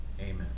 Amen